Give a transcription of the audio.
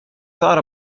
thought